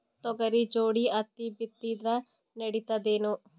ತೊಗರಿ ಜೋಡಿ ಹತ್ತಿ ಬಿತ್ತಿದ್ರ ನಡಿತದೇನು?